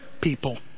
people